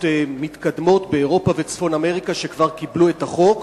מתקדמות באירופה ובצפון אמריקה שכבר קיבלו את החוק.